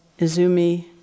Izumi